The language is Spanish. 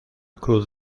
cruz